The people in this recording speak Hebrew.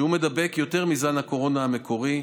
שהוא מידבק יותר מזן הקורונה המקורי,